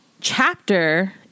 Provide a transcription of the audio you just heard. chapter